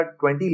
20